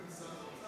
לא במשרד האוצר.